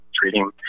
treating